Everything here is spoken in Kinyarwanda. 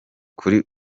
kuri